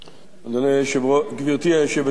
גברתי היושבת-ראש,